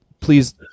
please